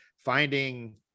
Finding